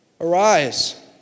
Arise